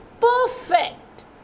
perfect